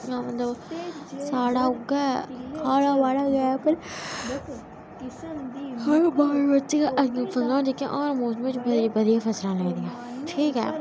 इ'यां मतलब साढ़ा उ'यै आड़ा बाड़ा उप्पर जेह्कियां हर मौसम बिच्च बड़ियां फसलां लेदियां ठीक ऐ